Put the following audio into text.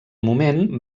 moment